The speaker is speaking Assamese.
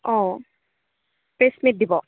অঁ প্ৰেছ মীট দিব